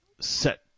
set